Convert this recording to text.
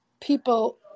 people